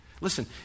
Listen